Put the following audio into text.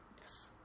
Yes